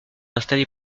installé